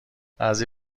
بعضی